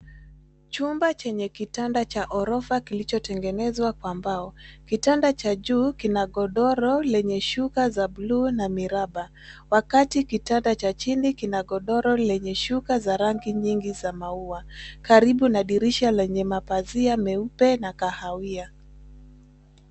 Chumba chenye kitanda cha orofa kilichotengenezwa kwa mbao. Kitanda cha juu kina godoro lenye shuka za buluu na miraba, wakati kitanda cha chini kina godoro lenye shuka za rangi nyingi za maua karibu na dirisha lenye mapazia meupe na kahawia.